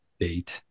date